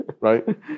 Right